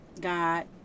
God